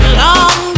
long